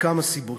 מכמה סיבות.